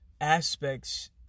aspects